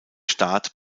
staat